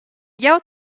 jeu